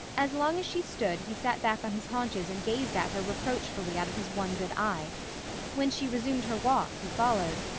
as long as she stood he sat back on his haunches and gazed at her reproachfully out of his one good eye when she resumed her walk he followed.